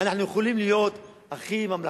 אנחנו יכולים להיות הכי ממלכתיים,